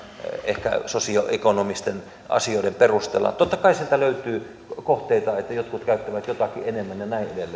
ehkä sosioekonomisten asioiden perusteella totta kai sieltä löytyy kohteita että jotkut käyttävät jotakin enemmän ja näin edelleen